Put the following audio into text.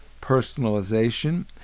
personalization